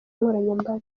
nkoranyambaga